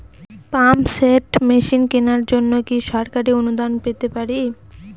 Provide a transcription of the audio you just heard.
Pump set machine কেনার জন্য কি সরকারি অনুদান পেতে পারি?